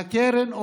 והקרן,